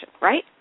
right